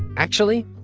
actually,